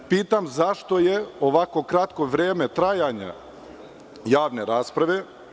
Pitam zašto je ovako kratko vreme trajanja javne rasprave?